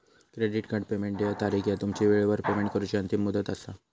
credit card payment देय तारीख ह्या तुमची वेळेवर पेमेंट करूची अंतिम मुदत असा